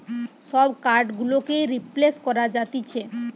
সব কার্ড গুলোকেই রিপ্লেস করা যাতিছে